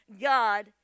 God